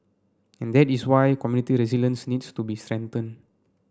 and that is why community resilience needs to be strengthen